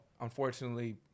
unfortunately